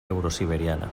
eurosiberiana